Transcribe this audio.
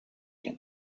can